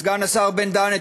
סגן השר בן-דהן,